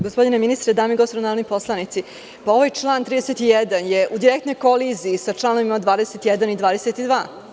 Gospodine ministre, dame i gospodo narodni poslanici, ovaj član 31. je u direktnoj koliziji sa članovima 21. i 22.